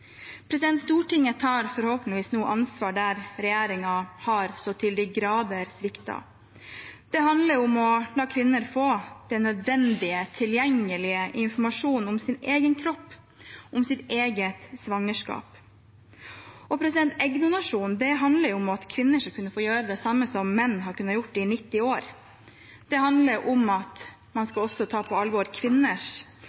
Stortinget tar forhåpentligvis nå ansvar der regjeringen så til de grader har sviktet. Det handler om å la kvinner få den nødvendige tilgjengelige informasjonen om sin egen kropp, om sitt eget svangerskap. Eggdonasjon handler om at kvinner skal kunne gjøre det samme som menn har gjort i 90 år: Det handler om at man